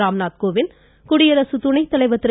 ராம்நாத் கோவிந்த் குடியரசு துணைத்தலைவர் திரு